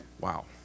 Wow